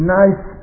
nice